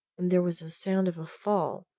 and there was the sound of a fall,